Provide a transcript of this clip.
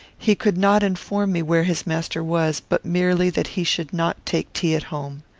he could not inform me where his master was, but merely that he should not take tea at home.